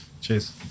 Cheers